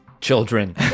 children